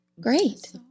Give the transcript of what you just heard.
great